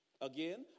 Again